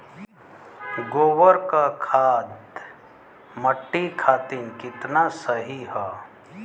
गोबर क खाद्य मट्टी खातिन कितना सही ह?